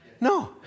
No